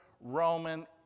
Roman